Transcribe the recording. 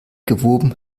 gewoben